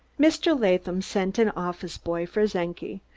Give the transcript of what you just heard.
mr. latham sent an office boy for czenki,